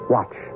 Watch